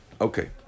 Okay